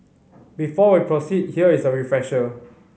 before we proceed here is a refresher